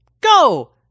go